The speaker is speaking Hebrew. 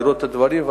לראות את הדברים,